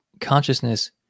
consciousness